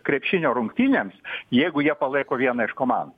krepšinio rungtynėms jeigu jie palaiko vieną iš komandų